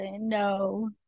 No